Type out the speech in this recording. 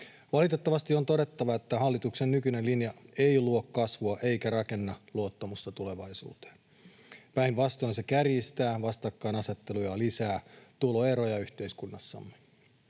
Valitettavasti on todettava, että hallituksen nykyinen linja ei luo kasvua eikä rakenna luottamusta tulevaisuuteen. Päinvastoin se kärjistää vastakkainasettelua ja lisää tuloeroja yhteiskunnassamme.